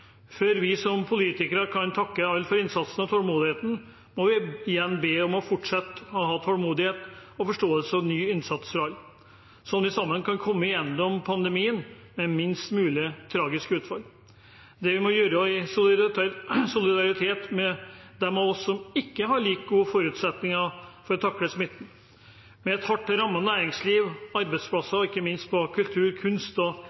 Før vi som politikere kan takke alle for innsatsen og tålmodigheten, må vi igjen be alle om å fortsette å ha tålmodighet og forståelse, og om ny innsats, så vi sammen kan komme gjennom pandemien med minst mulig tragisk utfall. Det må vi gjøre i solidaritet med dem av oss som ikke har like gode forutsetninger for å takle smitten, i solidaritet med et hardt rammet næringsliv,